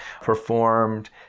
performed